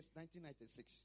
1996